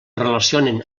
relacionen